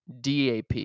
DAP